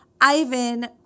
Ivan